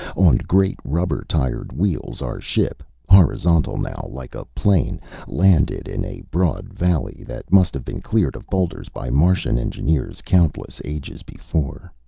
on great rubber-tired wheels, our ship horizontal now, like a plane landed in a broad valley that must have been cleared of boulders by martian engineers countless ages before.